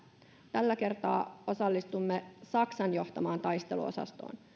tällä kertaa osallistumme saksan johtamaan taisteluosastoon